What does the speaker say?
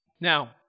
Now